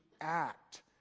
act